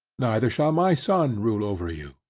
neither shall my son rule over you.